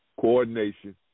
coordination